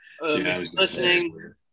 Listening